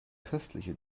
köstliche